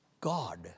God